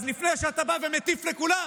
אז לפני שאתה בא ומטיף לכולם,